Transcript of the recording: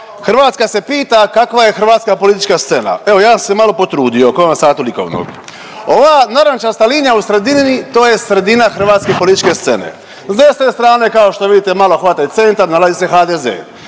Hrvatska se pita kakva je hrvatska politička scena. Evo ja sam se malo potrudio kao na satu likovnog. Ova narančasta linija u sredini to je sredina hrvatske političke scene. S desne strane kao što vidite malo hvala i CENTAR nalazi se HDZ.